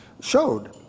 showed